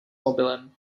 mobilem